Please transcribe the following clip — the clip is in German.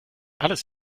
alles